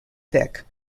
thick